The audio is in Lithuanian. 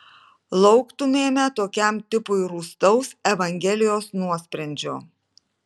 lauktumėme tokiam tipui rūstaus evangelijos nuosprendžio